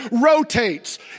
rotates